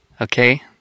okay